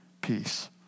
peace